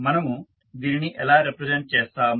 మనము దీనిని ఎలా రిప్రజెంట్ చేస్తాము